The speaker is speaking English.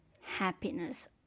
happiness